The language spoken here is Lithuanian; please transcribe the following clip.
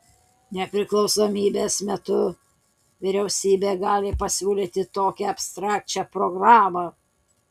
nepriklausomybės metu vyriausybė gali pasiūlyti tokią abstrakčią programą